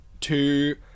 Two